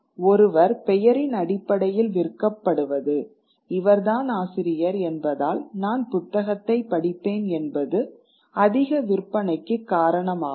ஒருவர் பெயரின் அடிப்படையில் விற்கப்படுவது இவர்தான் ஆசிரியர் என்பதால் நான் புத்தகத்தைப் படிப்பேன் என்பது அதிக விற்பனைக்கு காரணமாகும்